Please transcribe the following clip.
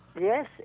Yes